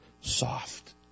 soft